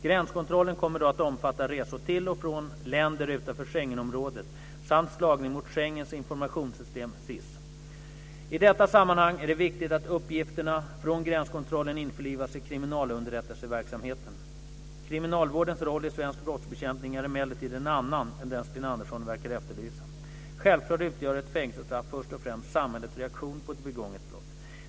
Gränskontrollen kommer då att omfatta resor till och från länder utanför Schengenområdet samt slagning mot Schengens informationssystem . I detta sammanhang är det viktigt att uppgifter från gränskontrollen införlivas i kriminalunderrättelseverksamheten. Kriminalvårdens roll i svensk brottsbekämpning är emellertid en annan än den Sten Andersson verkar efterlysa. Självklart utgör ett fängelsestraff först och främst samhällets reaktion på ett begånget brott.